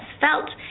felt